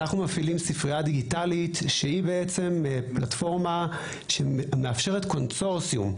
אנחנו מפעילים ספרייה דיגיטלית שהיא בעצם פלטפורמה שמאפשרת קונסורציום.